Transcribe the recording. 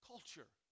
culture